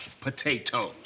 potatoes